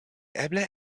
eble